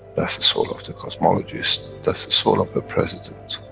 that's the soul of the cosmologist, that's the soul of a president.